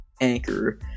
Anchor